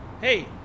Hey